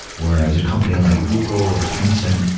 whereas a company like google or tencent,